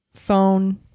phone